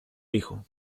hijo